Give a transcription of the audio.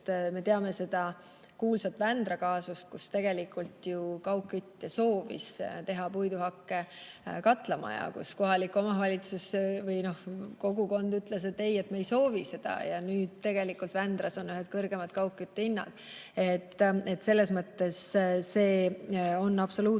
Me teame seda kuulsat Vändra kaasust, kus tegelikult ju kaugkütja soovis teha puiduhakke katlamaja, aga kohalik omavalitsus või kogukond ütles, et ei, me ei soovi seda, ja nüüd on Vändras ühed kõrgemad kaugkütte hinnad. Nii et selles mõttes see on absoluutselt